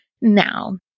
Now